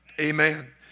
amen